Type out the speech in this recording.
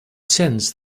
sense